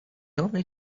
only